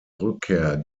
rückkehr